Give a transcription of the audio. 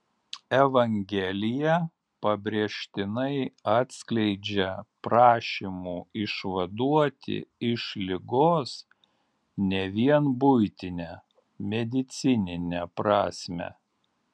evangelija pabrėžtinai atskleidžia prašymų išvaduoti iš ligos ne vien buitinę medicininę prasmę